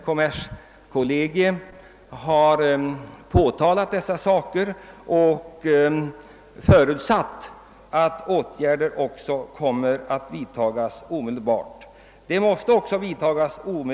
Kommerskollegium har, som utskottet påpekar, förutsatt att åtgärder omedelbart kommer att vidtas.